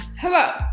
Hello